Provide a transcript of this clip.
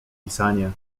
pisanie